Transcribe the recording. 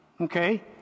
Okay